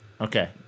Okay